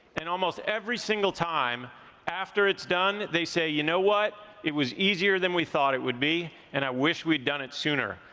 and almost every single time after it's done they say you know what? it was easier than we thought it would be and i wish we'd done it sooner.